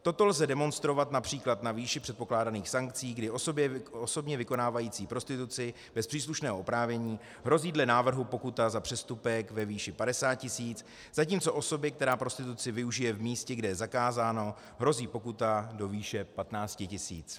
Toto lze demonstrovat např. na výši předpokládaných sankcí, kdy osobě vykonávající prostituci bez příslušného oprávnění hrozí dle návrhu pokuta za přestupek ve výši 50 tisíc, zatímco osobě, která prostituci využije v místě, kde je zakázána, hrozí pokuta do výše 15 tisíc.